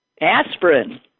aspirin